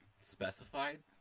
specified